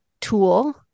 tool